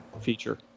feature